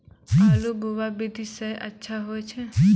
आलु बोहा विधि सै अच्छा होय छै?